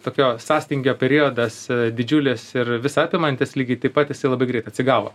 tokio sąstingio periodas didžiulis ir visa apimantis lygiai taip pat jisai labai greit atsigavo